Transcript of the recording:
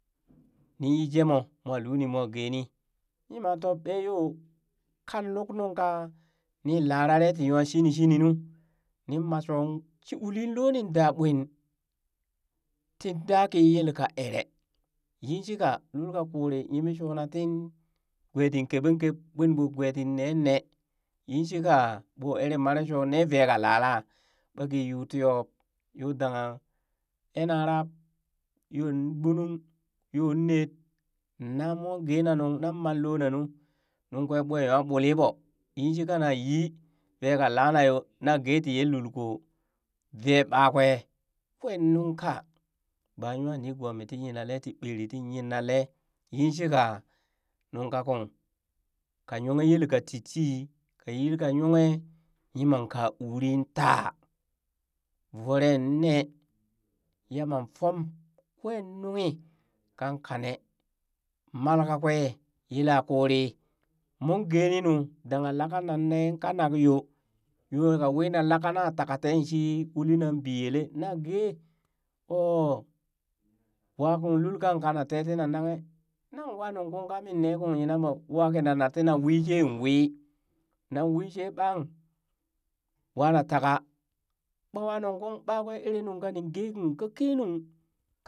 Nin yi jemoh moo luni moo geeni yiman tob ɓee yoo kan luk nunka ni laree ti nya shinishini nu, nin ma shoo shi ulin lonin daa bwin, ti daa kii yel ka ere yin shika lulka kuri yemee shona ti gwe tin keɓen keb ɓwin ɓoo gwa tin neenne yishika ɓoo ere mare shoo ne vee ka lala, ɓa ki yuu tiob yo dangha ee nan rab, yond gbunung yond ned, na mwa gena nung na mat lona nu, nung kwe ɓwe nyawa ɓoli ɓoo yin shi ka na yi vee ka lana yo, na ghee tii ye lul koo vee ɓaakwee kwee nunka baa nyanigoo mii ti nyinale ti ɓeri ti nyinale, yin shika nung ka kung ka yonghe yelka titii ka yilka yonghe yimang ka uri taa voroe nee yama fom kwee nunghi kan kane mal kakwee yelaa kurii, moon geeni nuu dangha laka nan nee kanak yoo yo ka wina laka na taka shii ka uli nan biyelee na geee ooh wa kung lulka kana tee tina nanghe nan wa nunƙuu kamin nee kung yina ɓoo wa kina na ti na wishen kina wiin sheen wii nan wishe ɓang wa na taka ɓawa nung kung ɓakwee ere nungka nin geung ka ke nung